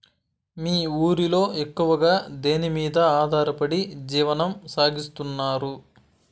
మీ ఊరిలో ఎక్కువగా దేనిమీద ఆధారపడి జీవనం సాగిస్తున్నారు?